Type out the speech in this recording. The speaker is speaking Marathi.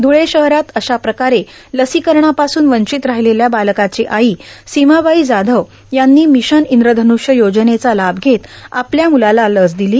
ध्रळे शहरात अश्या प्रकारे लसीकरणा पासून वर्वांचत रााहलेल्या बालकाची आई सीमाबाई जाधव यांनी र्ममशन इंद्रधन्ष्य योजनेचा लाभ घेत आपल्या मुलाला लस र्दिलो